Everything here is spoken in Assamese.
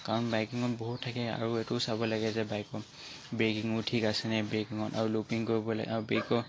কাৰণ বাইকিঙত বহুত থাকে আৰু এইটোও চাব লাগে যে বাইকত ব্ৰেকিঙো ঠিক আছেনে ব্ৰেকিঙত আৰু লোকিং কৰিবলৈ আৰু ব্ৰেকৰ